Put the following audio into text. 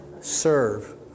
Serve